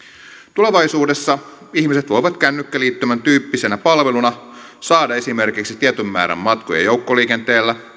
tulevaisuudessa ihmiset voivat kännykkäliittymän tyyppisenä palveluna saada esimerkiksi tietyn määrän matkoja joukkoliikenteellä